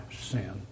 sin